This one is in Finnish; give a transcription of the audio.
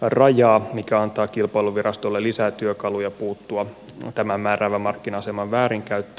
rajaa mikä antaa kilpailuvirastolle lisää työkaluja puuttua tämän määräävän markkina aseman väärinkäyttöön